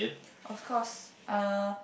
of course uh